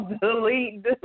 delete